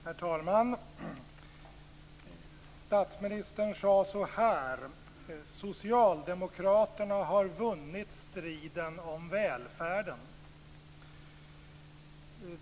Herr talman! Statsministern sade så här: Socialdemokraterna har vunnit striden om välfärden.